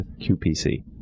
QPC